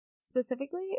Specifically